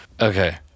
okay